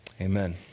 Amen